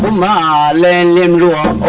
la la la um la